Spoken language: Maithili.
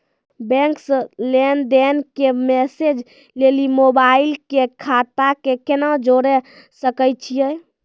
बैंक से लेंन देंन के मैसेज लेली मोबाइल के खाता के केना जोड़े सकय छियै?